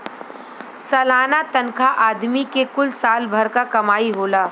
सलाना तनखा आदमी के कुल साल भर क कमाई होला